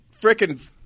frickin